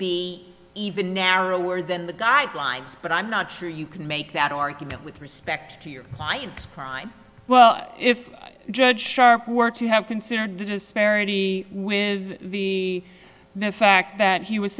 be even narrower than the guidelines but i'm not sure you can make that argument with respect to your client's crime well if judge sharp were to have considered the disparity with the the fact that he was